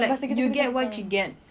what goes around comes around